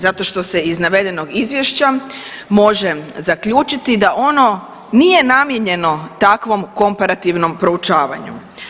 Zato što se iz navedenog izvješća može zaključiti da ono nije namijenjeno takvom komparativnom proučavanju.